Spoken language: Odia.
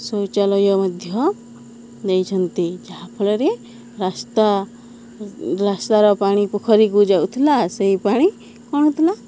ଶୌଚାଳୟ ମଧ୍ୟ ଦେଇଛନ୍ତି ଯାହାଫଳରେ ରାସ୍ତା ରାସ୍ତାର ପାଣି ପୋଖରୀକୁ ଯାଉଥିଲା ସେଇ ପାଣି କ'ଣ ଥିଲା